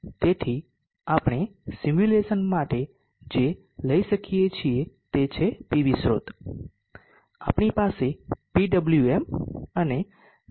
તેથી આપણે સિમ્યુલેશન માટે જે લઈ શકીએ છીએ તે છે પીવી સ્રોત આપણી પાસે PWM અને ડીસી ડીસી કન્વર્ટર હોઈ શકે છે